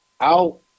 out